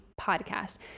podcast